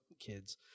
Kids